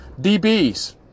DBs